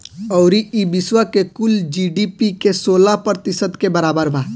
अउरी ई विश्व के कुल जी.डी.पी के सोलह प्रतिशत के बराबर बा